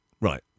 Right